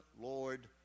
Lord